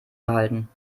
behalten